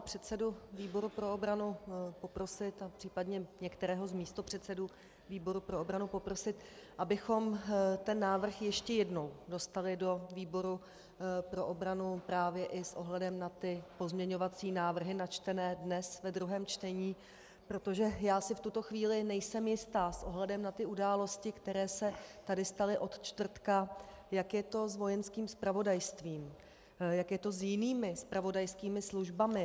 Já bych chtěla pana předsedu výboru pro obranu poprosit a případně některého z místopředsedů výboru pro obranu poprosit, abychom ten návrh ještě jednou dostali do výboru pro obranu právě i s ohledem na pozměňovací návrhy načtené dnes ve druhém čtení, protože já si v tuto chvíli nejsem jista s ohledem na události, které se tady staly od čtvrtka, jak je to s Vojenským zpravodajstvím, jak je to s jinými zpravodajskými službami.